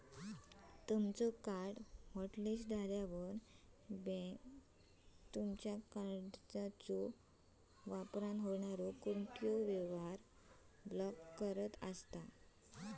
तुमचो card hotlist झाल्यावर, bank तुमचा कार्डच्यो वापरान होणारो कोणतोही व्यवहार ब्लॉक करता